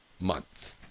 month